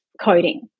coding